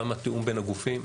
גם התיאום בין הגופים,